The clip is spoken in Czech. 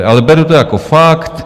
Ale beru to jako fakt.